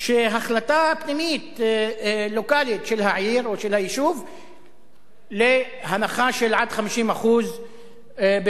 עם החלטה מקומית של העיר או של היישוב להנחה של עד 50% בתחבורה,